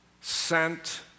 sent